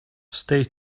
stay